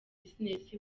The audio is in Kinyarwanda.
business